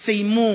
מאז סיימו